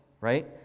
right